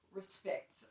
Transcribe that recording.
respect